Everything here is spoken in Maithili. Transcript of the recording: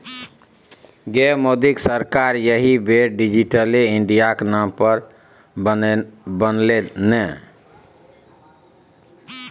गै मोदीक सरकार एहि बेर डिजिटले इंडियाक नाम पर बनलै ने